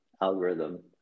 algorithm